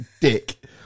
dick